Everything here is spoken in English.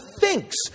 thinks